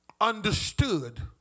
understood